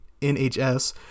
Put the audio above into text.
nhs